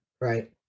right